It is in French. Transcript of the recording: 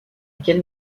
quel